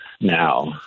now